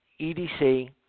EDC